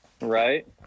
right